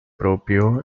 propio